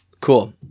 Cool